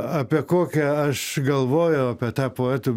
apie kokią aš galvojau apie tą poetų